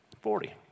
Forty